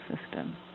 system